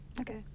okay